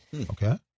Okay